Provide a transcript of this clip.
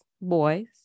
boys